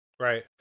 right